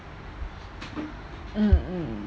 mm mm